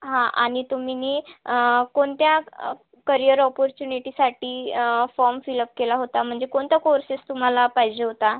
हा आणि तुम्हीनी कोणत्या करियर ऑपॉर्चुनिटीसाठी फॉर्म फिलअप केला होता म्हणजे कोणता कोर्सेस तुम्हाला पाहिजे होता